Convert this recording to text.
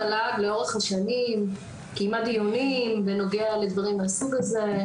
המל"ג לאורך השנים קיימה דיונים בנוגע לדברים מהסוג הזה,